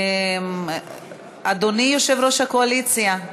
אדוני יושב-ראש הקואליציה,